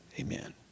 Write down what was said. Amen